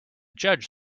judge